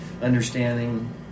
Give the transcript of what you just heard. understanding